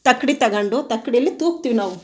ತಕ್ಕಡಿ ತಗೋಂಡು ತಕ್ಕಡೀಲಿ ತೂಗ್ತೀವಿ ನಾವು